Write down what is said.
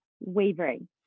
wavering